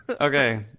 Okay